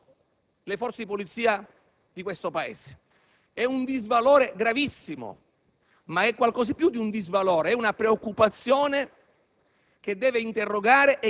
passivo ha le forze di polizia di questo Paese. È un disvalore gravissimo, ma è anche qualcosa di più: è una preoccupazione